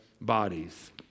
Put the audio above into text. bodies